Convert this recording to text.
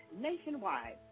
nationwide